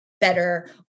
better